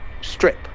strip